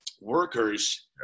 workers